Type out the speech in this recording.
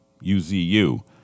U-Z-U